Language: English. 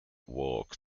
walk